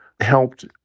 helped